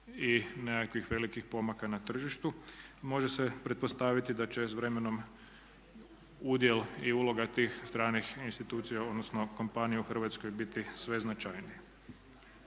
i nekakvih velikih pomaka na tržištu. Može se pretpostaviti da će s vremenom udjel i uloga tih stranih institucija odnosno kompanija u Hrvatskoj biti sve značajniji.